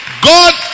God